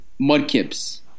Mudkips